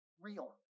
real